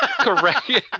correct